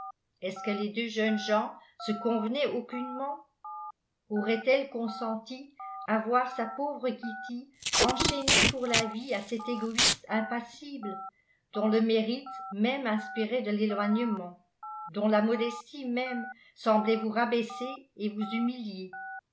est-ce que les deux jeunes gens se convenaient aucunement aurait-elle consenti à voir sa pauvre kitty enchaînée pour la vie à cet égoïste impassible dont le mérite même inspirait de l'éloignement dont la modestie même semblait vous rabaisser et